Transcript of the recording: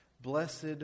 Blessed